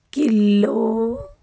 kilo